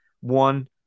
One